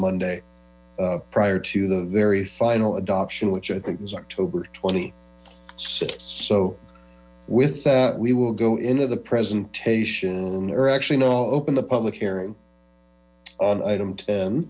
monday prior to the very final adoption which i think is october twenty six so with that we will go into the presentation or actually know open the public hearing on item ten